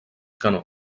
canó